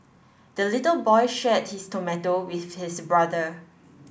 the little boy shared his tomato with his brother